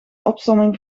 opsomming